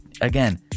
again